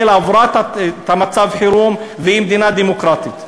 עברה את מצב החירום והיא מדינה דמוקרטית.